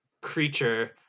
creature